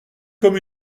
comme